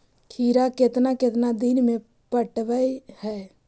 खिरा केतना केतना दिन में पटैबए है?